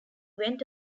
went